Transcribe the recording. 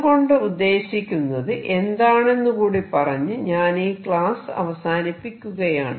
ഇതുകൊണ്ട് ഉദ്ദേശിക്കുന്നത് എന്താണെന്നുകൂടി പറഞ്ഞ് ഞാനീ ക്ലാസ് അവസാനിപ്പിക്കുകയാണ്